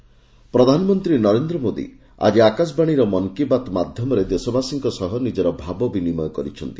ମନ୍ କି ବାତ୍ ପ୍ରଧାନମନ୍ତ୍ରୀ ନରେନ୍ଦ୍ର ମୋଦି ଆଜି ଆକାଶବାଣୀର ମନ୍ କି ବାତ୍ ମାଧ୍ୟମରେ ଦେଶବାସୀଙ୍କ ସହ ନିଜର ଭାବ ବିନିମୟ କରିଛନ୍ତି